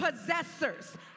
possessors